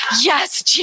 yes